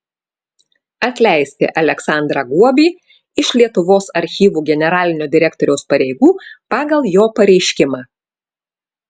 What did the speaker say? atleisti aleksandrą guobį iš lietuvos archyvų generalinio direktoriaus pareigų pagal jo pareiškimą